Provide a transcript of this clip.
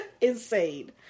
insane